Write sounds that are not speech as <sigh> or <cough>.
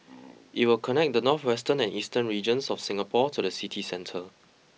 <noise> it will connect the northwestern and eastern regions of Singapore to the city centre